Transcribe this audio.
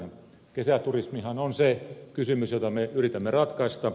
kesäturismihan on se kysymys jota me yritämme ratkaista